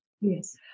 Yes